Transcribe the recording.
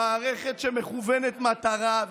למערכת שמכוונת מטרה,